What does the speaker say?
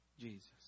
Jesus